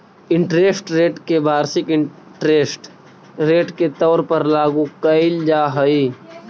interest rate के वार्षिक interest rate के तौर पर लागू कईल जा हई